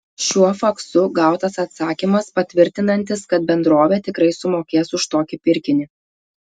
šiuo faksu gautas atsakymas patvirtinantis kad bendrovė tikrai sumokės už tokį pirkinį